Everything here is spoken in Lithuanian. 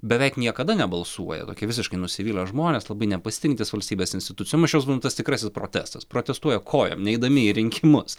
beveik niekada nebalsuoja tokie visiškai nusivylę žmonės labai nepasitikintys valstybės institucijom aš juos vadinu nu tas tikrasis protestas protestuoja kojom neidami į rinkimus